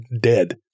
dead